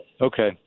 Okay